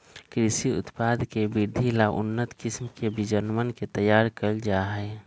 कृषि उत्पाद के वृद्धि ला उन्नत किस्म के बीजवन के तैयार कइल जाहई